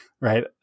right